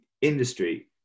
industry